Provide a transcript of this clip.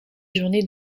journées